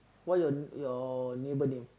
what your your neighbour name